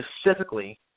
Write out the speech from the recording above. specifically